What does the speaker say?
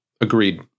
agreed